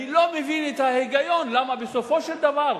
אני לא מבין את ההיגיון: למה בסופו של דבר,